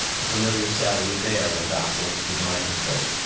the familiar cell was there when doc looked through the microscope.